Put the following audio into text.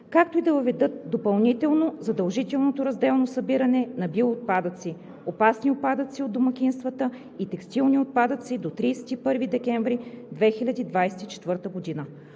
както и да въведат допълнително задължително разделно събиране на биоотпадъци, опасни отпадъци от домакинствата и текстилни отпадъци до 31 декември 2024 г.